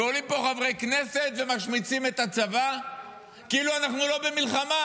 ועולים פה חברי כנסת ומשמיצים את הצבא כאילו אנחנו לא במלחמה,